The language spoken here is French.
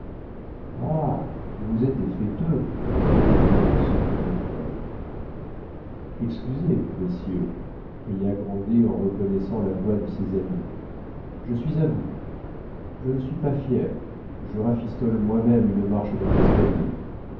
vous êtes des fêteux leur dit nanon en sentant les fleurs excusez messieurs cria grandet en reconnaissant la voix de ses amis je suis à vous je ne suis pas fier je rafistole moi-même une marche de mon escalier